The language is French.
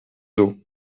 eaux